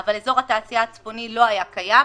אבל אזור התעשייה הצפוני לא היה קיים.